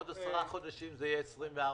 בעוד עשרה חודשים זה יהיה 24 חודש.